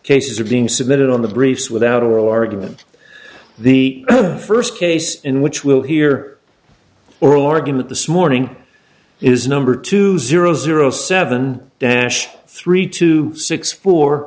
cases are being submitted on the briefs without oral argument the first case in which we'll hear oral argument the smore ning is number two zero zero seven dash three two six four